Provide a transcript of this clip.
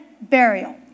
burial